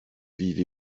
vive